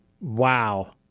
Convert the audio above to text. wow